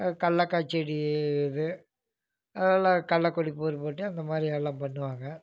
கல்லக்காய் செடி இருக்குது அதெல்லாம் கல்லக்கொடி பொருப்போட்டு அந்த மாதிரி வேலைலாம் பண்ணுவாங்க